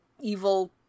evil